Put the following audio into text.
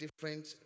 different